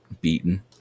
beaten